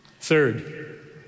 Third